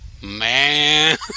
Man